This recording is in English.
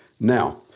Now